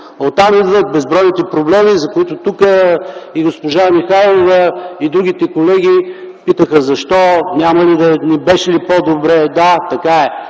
Оттам идват безбройните проблеми, за които тук и госпожа Михайлова, и другите колеги питаха: защо, не беше ли по-добре? Да, така е.